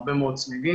הרבה מאוד צמיגים.